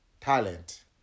talent